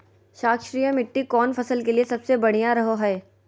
क्षारीय मिट्टी कौन फसल के लिए सबसे बढ़िया रहो हय?